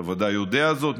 אתה ודאי יודע זאת,